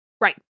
Right